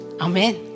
Amen